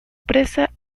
presa